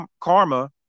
karma